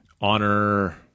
honor